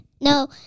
No